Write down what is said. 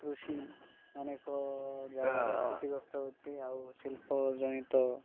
କୃଷି ଅନେକ ଜାଗାରେ କ୍ଷତିଗ୍ରସ୍ତ ହେଉଛି ଆଉ ଶିଳ୍ପ ଜନିତ